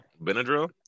Benadryl